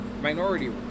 minority